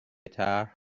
طرح